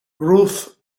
ruth